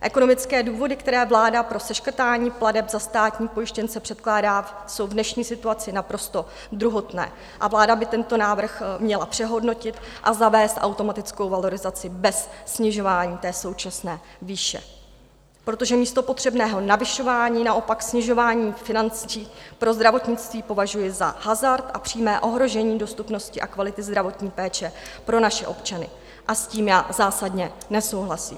Ekonomické důvody, které vláda pro seškrtání plateb za státní pojištěnce předkládá, jsou v dnešní situaci naprosto druhotné a vláda by tento návrh měla přehodnotit a zavést automatickou valorizaci bez snižování té současné výše, protože místo potřebného navyšování naopak snižování financí pro zdravotnictví považuji za hazard a přímé ohrožení dostupnosti a kvality zdravotní péče pro naše občany a s tím já zásadně nesouhlasím.